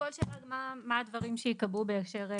הכול שאלה מה הדברים שייקבעו באשר לכניסה למוסדות החינוך.